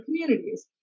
communities